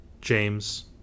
James